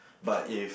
but if